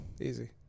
Easy